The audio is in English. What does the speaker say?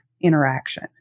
interaction